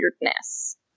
weirdness